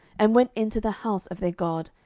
and went into the house of their god,